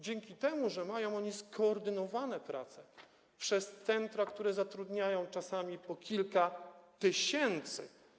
Dzięki temu, że mają oni skoordynowane prace przez centra, które zatrudniają czasami po kilka tysięcy.